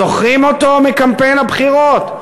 זוכרים אותו מקמפיין הבחירות?